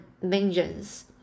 vengeance